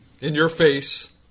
in-your-face